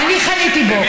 אני חניתי בו.